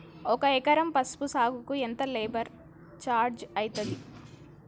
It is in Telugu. ఒక ఎకరం పసుపు సాగుకు ఎంత లేబర్ ఛార్జ్ అయితది?